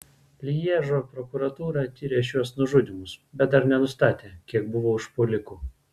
lježo prokuratūra tiria šiuos nužudymus bet dar nenustatė kiek buvo užpuolikų